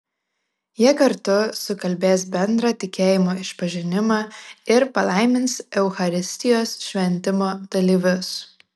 jie kartu sukalbės bendrą tikėjimo išpažinimą ir palaimins eucharistijos šventimo dalyvius